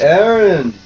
Aaron